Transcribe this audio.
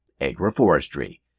agroforestry